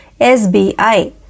SBI